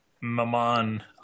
maman